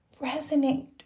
resonate